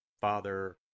Father